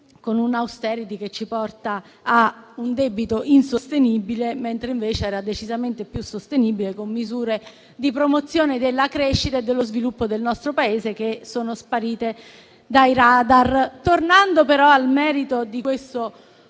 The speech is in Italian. con un'*austerity* che ci porta a un debito insostenibile, il quale invece era decisamente più sostenibile con misure di promozione della crescita e dello sviluppo del nostro Paese che sono sparite dai *radar*. Tornando però al merito di questo